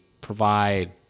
provide